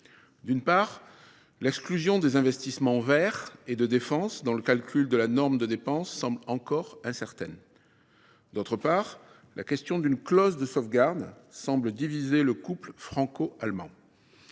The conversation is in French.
d’une part, l’exclusion des investissements verts et de défense dans le calcul de la norme de dépenses semble toujours incertaine ; d’autre part, la question d’une clause de sauvegarde semble diviser le couple franco allemand.